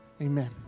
Amen